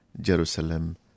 Jerusalem